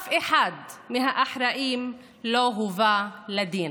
אף אחד מהאחראים לא הובא לדין.